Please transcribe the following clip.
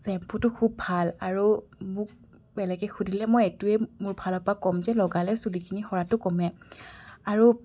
শ্বেম্পুটো খুব ভাল আৰু মোক বেলেগে সুধিলে মই এইটোৱে মোৰ ফালৰ পৰা ক'ম যে লগালে চুলিখিনি সৰাটো কমে আৰু